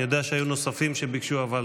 אני יודע שהיו נוספים שביקשו, אבל